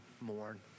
mourn